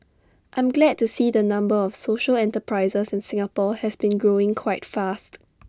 I'm glad to see the number of social enterprises in Singapore has been growing quite fast